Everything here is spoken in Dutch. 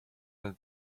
het